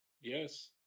yes